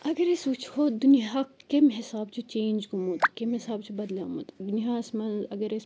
اگر أسۍ وٕچھو دُنیا کَمہِ حساب چھُ چینٛج گوٚمُت کَمہِ حساب چھُ بَدلیامُت دُنیاہَس منٛز اگر أسۍ